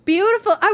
Beautiful